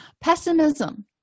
Pessimism